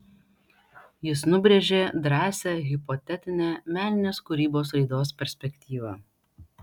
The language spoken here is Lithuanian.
jis nubrėžė drąsią hipotetinę meninės kūrybos raidos perspektyvą